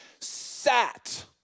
sat